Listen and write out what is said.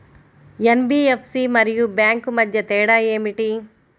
NBFC మరియు bank మధ్య తేడా ఏమిటి?